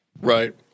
Right